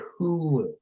Hulu